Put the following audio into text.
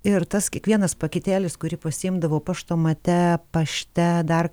ir tas kiekvienas paketėlis kuri pasiimdavau paštomate pašte dar